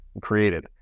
created